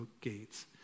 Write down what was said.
gates